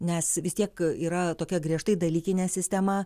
nes vis tiek yra tokia griežtai dalykinė sistema